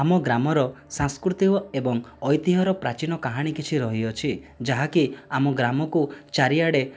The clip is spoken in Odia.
ଆମ ଗ୍ରାମର ସାଂସ୍କୃତିକ ଏବଂ ଐତିହ୍ୟର ପ୍ରାଚୀନ କାହାଣୀ କିଛି ରହିଅଛି ଯାହାକି ଆମ ଗ୍ରାମକୁ ଚାରିଆଡ଼େ